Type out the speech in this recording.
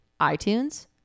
iTunes